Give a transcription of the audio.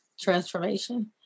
transformation